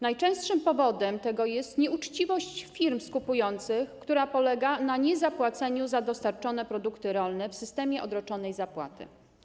Najczęstszym powodem tego jest nieuczciwość firm skupujących, która polega na niezapłaceniu za dostarczone produkty rolne w systemie odroczonej zapłaty.